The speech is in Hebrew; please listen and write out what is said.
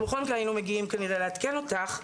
אנחנו בכל מקרה היינו מגיעים כנראה לעדכן אותך,